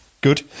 Good